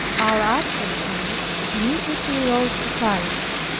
our adversaries immediately wrote to paris.